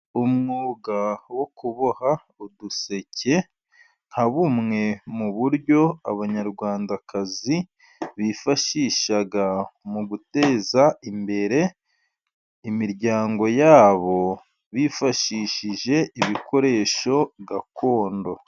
Umwuga wo kuboha uduseke, nka bumwe mu buryo abanyarwandakazi, bifashisha mu guteza imbere imiryango yabo, bifashishije ibikoresho gakondo.